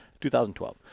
2012